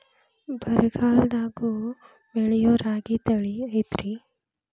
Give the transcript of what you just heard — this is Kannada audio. ಬರಗಾಲದಾಗೂ ಬೆಳಿಯೋ ರಾಗಿ ತಳಿ ಐತ್ರಿ?